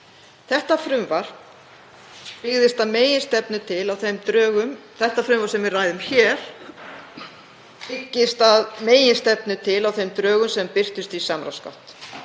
hennar. Frumvarpið sem við ræðum hér byggist að meginstofni til á þeim drögum sem birtust í samráðsgátt.